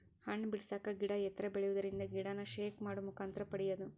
ಹಣ್ಣ ಬಿಡಸಾಕ ಗಿಡಾ ಎತ್ತರ ಬೆಳಿಯುದರಿಂದ ಗಿಡಾನ ಶೇಕ್ ಮಾಡು ಮುಖಾಂತರ ಪಡಿಯುದು